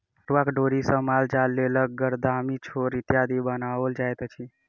पटुआक डोरी सॅ मालजालक लेल गरदामी, छोड़ इत्यादि बनाओल जाइत अछि